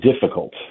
difficult